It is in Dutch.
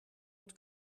het